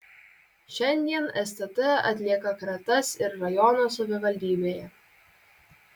šiandien stt atlieka kratas ir rajono savivaldybėje